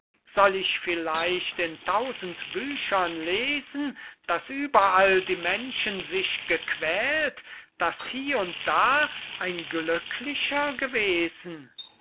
soll ich vielleicht in tausend büchern lesen daß überall die menschen sich gequält daß hie und da ein glücklicher gewesen